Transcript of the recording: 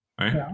Right